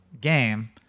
game